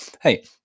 hey